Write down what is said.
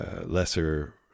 lesser